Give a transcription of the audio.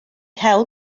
hel